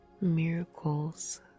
Miracles